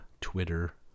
Twitter